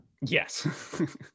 Yes